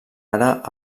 ara